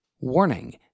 Warning